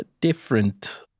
different